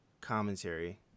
commentary